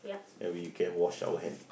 maybe you can wash your hand